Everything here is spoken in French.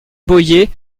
boyer